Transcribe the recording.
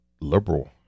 liberal